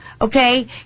okay